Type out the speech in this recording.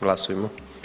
Glasujmo.